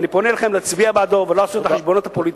ואני פונה אליכם להצביע בעדו ולא לעשות את החשבונות הפוליטיים.